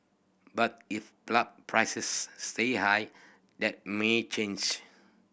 but if prices stay high that may change